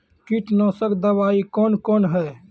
कीटनासक दवाई कौन कौन हैं?